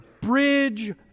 bridge